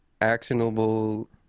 actionable